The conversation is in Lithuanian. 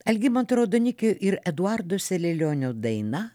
algimantu raudonikiu ir eduardo selelionio daina